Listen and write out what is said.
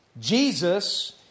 Jesus